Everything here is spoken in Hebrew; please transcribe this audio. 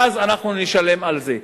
ואז אנחנו נשלם על זה.